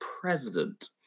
president